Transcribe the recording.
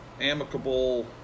amicable